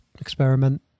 experiment